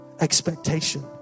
expectation